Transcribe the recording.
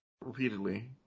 repeatedly